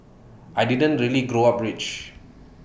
I didn't really grow up rich